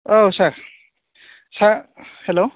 औ सार सार हेलौ